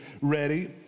ready